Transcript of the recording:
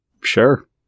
Sure